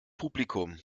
publikum